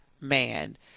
man